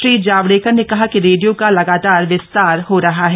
श्री जावेडकर ने कहा कि रेडियो का लगातार विस्तार हो रहा है